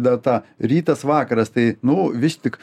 data rytas vakaras tai nu vis tik